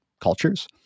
cultures